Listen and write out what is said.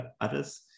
others